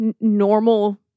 normal